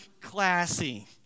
Classy